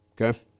Okay